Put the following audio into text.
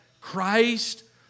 Christ